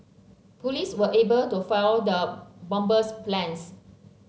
police were able to foil the bomber's plans